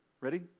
Ready